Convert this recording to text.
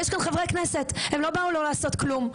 יש כאן חברי כנסת והם לא באו לא לעשות כלום.